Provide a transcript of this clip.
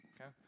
Okay